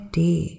day